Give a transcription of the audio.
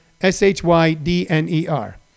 S-H-Y-D-N-E-R